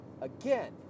Again